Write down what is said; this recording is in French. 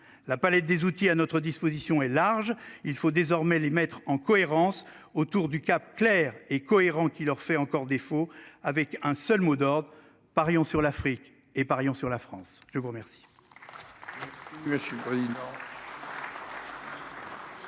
La palette des outils à notre disposition et large. Il faut désormais les mettre en cohérence autour du cap clair et cohérent qui leur fait encore défaut avec un seul mot d'ordre, parions sur l'Afrique et parions sur la France, je vous remercie.